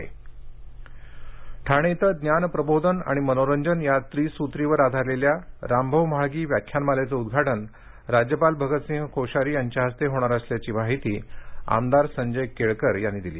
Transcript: रामभाऊ म्हाळगी व्याख्यानमाला ठाणे इथं ज्ञान प्रबोधन आणि मनोरंजन या त्रिसुत्रीवर आधारलेल्या रामभाऊ म्हाळगी व्याख्यानमालेचे उद्घाटन राज्यपाल भगतसिंग कोश्यारी यांच्या हस्ते होणार असल्याची माहिती आमदार संजय केळकर यांनी दिली